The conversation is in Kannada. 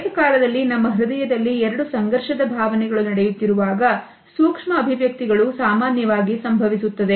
ಏಕಕಾಲದಲ್ಲಿ ನಮ್ಮ ಹೃದಯದಲ್ಲಿ ಎರಡು ಸಂಘರ್ಷದ ಭಾವನೆಗಳು ನಡೆಯುತ್ತಿರುವಾಗ ಸೂಕ್ಷ್ಮ ಅಭಿವ್ಯಕ್ತಿಗಳು ಸಾಮಾನ್ಯವಾಗಿ ಸಂಭವಿಸುತ್ತದೆ